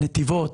נתיבות,